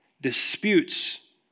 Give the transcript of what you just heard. Disputes